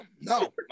no